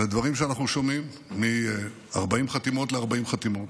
הדברים שאנחנו שומעים מ-40 חתימות ל-40 חתימות.